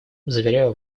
заверяю